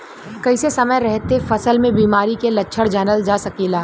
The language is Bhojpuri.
कइसे समय रहते फसल में बिमारी के लक्षण जानल जा सकेला?